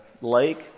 lake